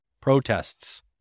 protests